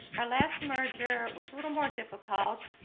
our last merger was a little more difficult,